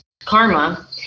karma